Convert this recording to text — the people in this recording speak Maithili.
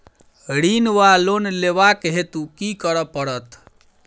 ऋण वा लोन लेबाक हेतु की करऽ पड़त?